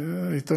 רינה.